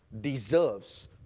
deserves